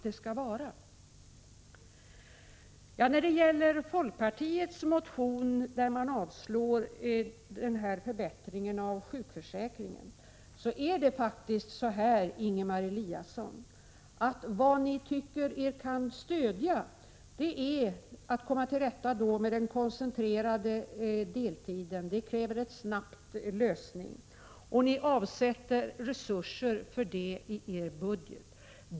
Beträffande folkpartiets motion, där man avstyrker förbättringen av sjukförsäkringen, är det faktiskt så, Ingemar Eliasson, att vad ni tycker er kunna stödja är att man skall komma till rätta med den koncentrerade deltiden. Den frågan kräver en snabb lösning, och ni avsätter resurser för detta i er budget.